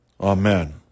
Amen